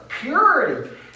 Purity